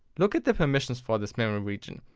look at the permissions for this memory region.